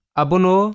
abono